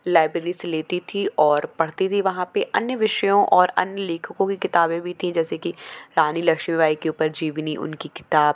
library से लेती थी और पढ़ती थी वहाँ पर अन्य विषयों और अन्य लेखकों की किताबें भी थीं जैसे कि रानी लक्ष्मीबाई के ऊपर जीवनी उनकी किताब